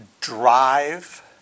drive